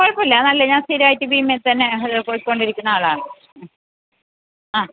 കുഴപ്പമില്ല നല്ല ഞാൻ സ്ഥിരമായിട്ട് ഭീമയിൽ തന്നെ ഞങ്ങൾ പോയ്ക്കൊണ്ടിരിക്കുന്ന ആളാണ് ഉം ആ